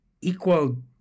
equal